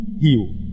Heal